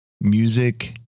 music